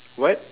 what